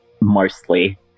mostly